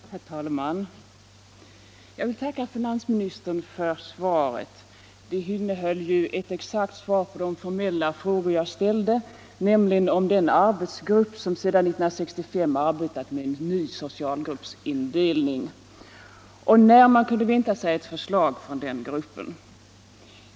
Herr talman! Jag vill tacka finansministern för svaret. Det var ju ett exakt svar på de formella frågor som jag ställde om den arbetsgrupp som sedan 1965 har arbetat med en ny socialgruppsindelning och när man kunde vänta sig ett förslag från den gruppen.